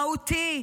מהותי,